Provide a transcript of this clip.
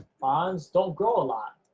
bonds don't grow a lot.